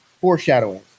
foreshadowing